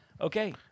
Okay